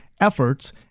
efforts